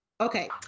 okay